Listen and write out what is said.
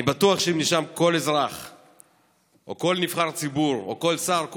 אני בטוח שאם נשאל כל אזרח או כל נבחר ציבור או כל שר,